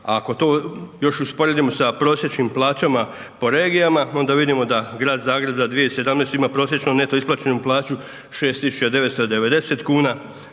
Ako to još usporedimo sa prosječnim plaćama po regijama, onda vidimo da grad Zagreb za 2017. ima prosječnu neto isplaćenu plaću 6990 kn,